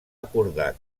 acordar